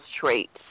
traits